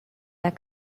las